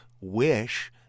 wish –